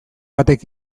batek